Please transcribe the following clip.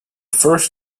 first